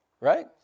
Right